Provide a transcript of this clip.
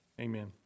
Amen